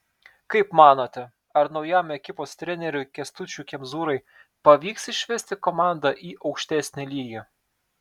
kaip manote ar naujam ekipos treneriui kęstučiui kemzūrai pavyks išvesti komandą į aukštesnį lygį